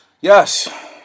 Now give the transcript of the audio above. Yes